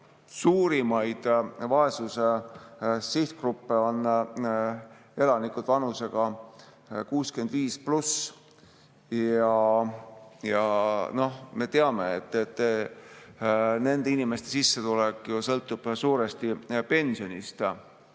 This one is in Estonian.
suurimaid vaesuse sihtgruppe on elanikud vanuses 65+. Ja noh, me teame, et nende inimeste sissetulek sõltub ju suuresti pensionist.